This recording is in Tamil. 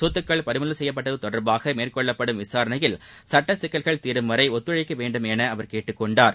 சொத்துக்கள் பறிமுதல் செய்யப்பட்டது தொடர்பாக மேற்கொள்ளப்படும் விசாரணையில் சட்ட சிக்கல்கள் தீரும் வரை ஒத்துழைக்க வேண்டும் என அவர் கேட்டுக் கொண்டார்